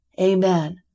amen